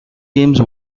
games